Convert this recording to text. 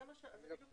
זה הגיוני.